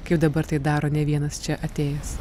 kaip dabar tai daro ne vienas čia atėjęs